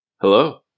Hello